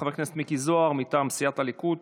חבר הכנסת מיקי זוהר, מטעם סיעת הליכוד.